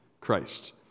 Christ